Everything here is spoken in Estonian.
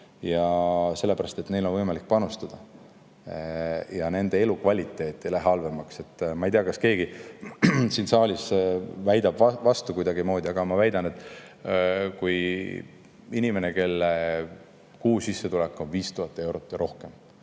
Seda sellepärast, et neil on võimalik panustada ja nende elukvaliteet ei lähe [sellest] halvemaks. Ma ei tea, kas keegi siin saalis väidab kuidagi vastu, aga mina väidan, et kui inimene, kelle kuusissetulek on 5000 eurot ja rohkem,